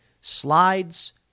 slides